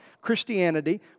Christianity